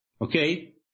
Okay